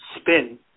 spin